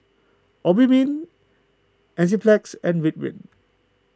Obimin Enzyplex and Ridwind